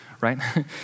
right